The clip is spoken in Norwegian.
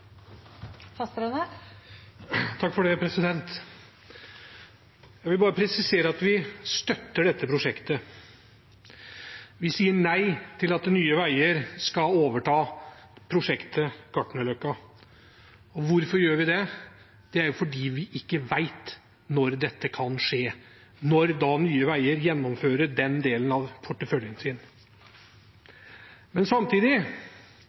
vil bare presisere at vi støtter dette prosjektet. Vi sier nei til at Nye Veier skal overta prosjektet Gartnerløkka. Hvorfor gjør vi det? Det er fordi vi ikke vet når dette kan skje, når Nye Veier gjennomfører den delen av porteføljen sin. Samtidig